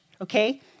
Okay